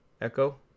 Echo